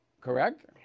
Correct